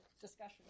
discussion